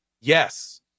yes